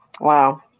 wow